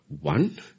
one